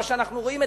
את מה שאנחנו רואים,